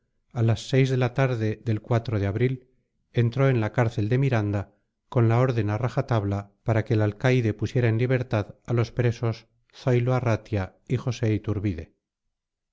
a las seis de la tarde del de abril entró en la cárcel de miranda con la orden a raja tabla para que el alcaide pusiera en libertad a los presos zoilo arratia y josé iturbide